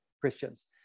Christians